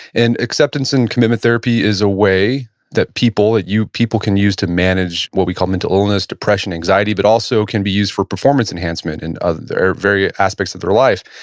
and acceptance and commitment therapy is a way that people, that you people can use to manage what we call mental illness, depression, anxiety, but also can be used for performance enhancement, and other various aspects of their lives.